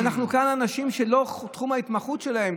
כאן, אנשים שזה לא תחום ההתמחות שלהם.